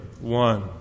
one